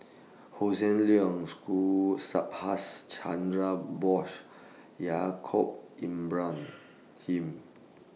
Hossan Leong Subhas Chandra Bose Yaacob Ibrahim